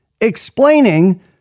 explaining